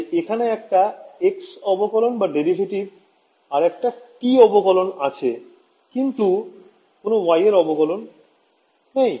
তাই এখানে একটা x অবকলন আর একটা t অবকলন আছে কিন্তু কোন y অবকলন নেই